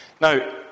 Now